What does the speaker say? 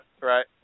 Right